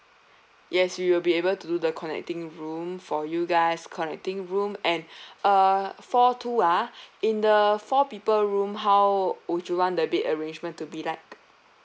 yes we will be able to do the connecting room for you guys connecting room and uh four two ah in the four people room how would you want the bed arrangement to be like